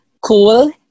cool